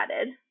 added